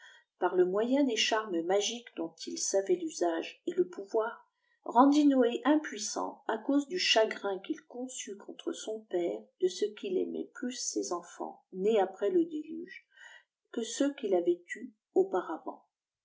par le moyen des cfaarnies magiques dont il savait tqsagq et le pouvoir rendit noé impuissant à cause du chagrin qu'il ccmçut contre son père de ee u il aimait plus ses enfonts nés après le dâuge quq ceux qu'il avait eus auparavant